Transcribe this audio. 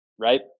right